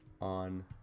on